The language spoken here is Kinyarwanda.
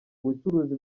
ubucuruzi